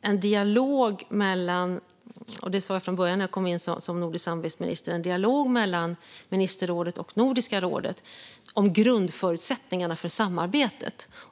en dialog - det sa jag också från början när jag kom in som nordisk samarbetsminister - mellan ministerrådet och Nordiska rådet om grundförutsättningarna för samarbetet.